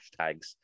hashtags